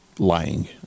lying